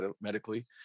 medically